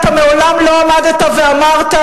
אתה מעולם לא עמדת ואמרת: